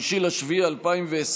5 ביולי 2020,